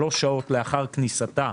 שלוש שעות לאחר כניסתה,